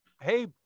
hey